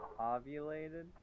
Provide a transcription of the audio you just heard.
Ovulated